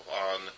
on